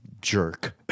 jerk